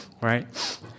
right